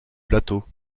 plateaux